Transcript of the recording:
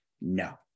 no